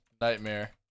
nightmare